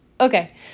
Okay